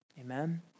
Amen